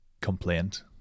complaint